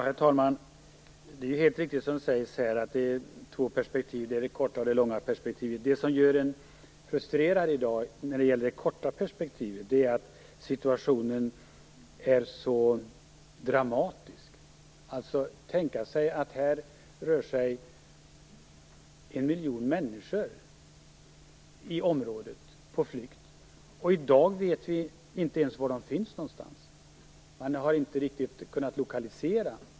Herr talman! Det helt riktigt, som det sägs här, att det finns två perspektiv, det korta och det långa perspektivet. Det som gör en frustrerad i dag när det gäller det korta perspektivet är att situationen är så dramatisk. Här rör sig en miljon människor på flykt i området, och i dag vet vi inte ens var de finns någonstans. Man har inte kunnat lokalisera dem.